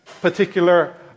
particular